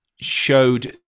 showed